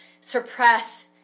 suppress